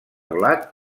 blat